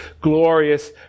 glorious